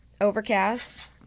overcast